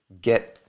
get